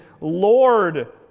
Lord